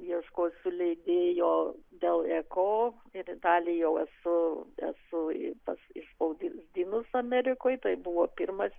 ieškosiu leidėjo dėl eko ir dalį jau esu esu išspausdinus amerikoj tai buvo pirmas